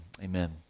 Amen